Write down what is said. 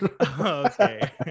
Okay